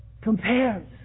compares